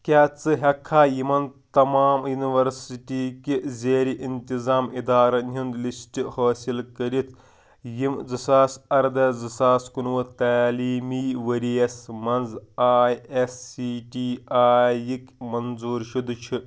کیٛاہ ژٕ ہیٚککھا یِمَن تمام یونیورسِٹی کہِ زیرِ اِنتِظام اِدارن ہُنٛد لِسٹ حٲصِل کٔرِتھ یِم زٕ ساس اَرداہ زٕ ساس کُنوُہ تعلیٖمی ؤرۍ یَس مَنٛز آٮٔۍ ایس سِی ٹی آئی ہٕکۍ منظوٗر شُدٕ چھِ